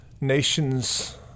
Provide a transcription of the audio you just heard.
nation's